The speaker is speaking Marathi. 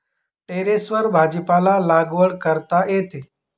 टेरेसवर भाजीपाला लागवड करता येते